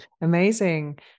Amazing